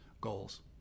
goals